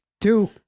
two